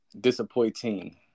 Disappointing